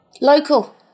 local